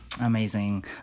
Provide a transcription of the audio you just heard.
Amazing